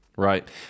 Right